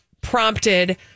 prompted